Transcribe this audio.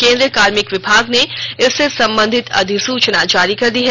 केंद्रीय कार्मिक विभाग ने इससे संबंधित अधिसुचना जारी कर दी है